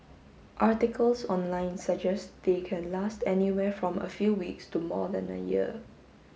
articles online suggest they can last anywhere from a few weeks to more than a year